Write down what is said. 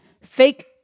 fake